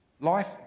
life